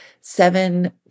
seven